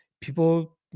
people